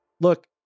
Look